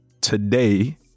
today